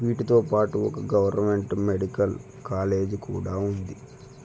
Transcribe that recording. వీటితో పాటు ఒక గవర్నమెంట్ మెడికల్ కాలేజీ కూడా ఉంది